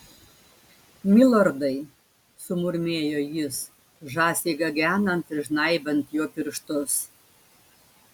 milordai sumurmėjo jis žąsiai gagenant ir žnaibant jo pirštus